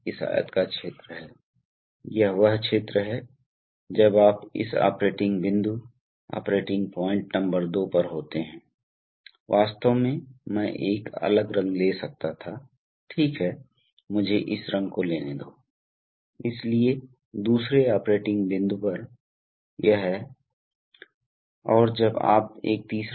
और अंत में शटडाउन के लिए नियंत्रण तंत्र के साथ साथ ड्यूटी साइकिल नियंत्रण भी होना चाहिए ड्यूटी साइकिल नियंत्रण का मतलब है कि विशेष रूप से स्ट्रोक की लंबाई नियंत्रण और आप कितने समय के लिए करने जा रहे हैं इस तरह आप पिस्टन को संचालित करने जा रहे हैं तो ये सभी नियंत्रण उपकरण वास्तव में कंप्रेसर को संचालित करेंगे इस तरह से कि कम्प्रेस्ड हवा की वर्तमान आवश्यकता को पूरा किया जाएगा मेरा मतलब है कि सबसे अच्छा संभव ऊर्जा दक्षता इसलिए कंप्रेसर को चलाया नहीं जाता है आम तौर पर नहीं चलाया जाता है